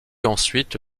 ensuite